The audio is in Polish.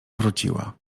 wróciła